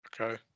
Okay